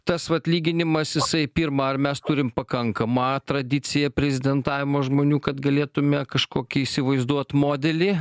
tas vat lyginimas jisai pirma ar mes turim pakankamą tradiciją prezidentavimo žmonių kad galėtume kažkokį įsivaizduot modelį